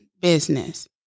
business